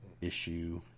issue